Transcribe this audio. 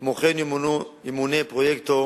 כמו כן, ימונה פרויקטור